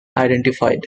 identified